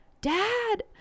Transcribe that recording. Dad